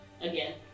Again